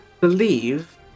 believe